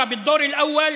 זה דבר חסר היגיון.